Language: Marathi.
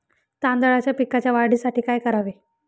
तांदळाच्या पिकाच्या वाढीसाठी काय करावे?